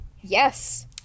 Yes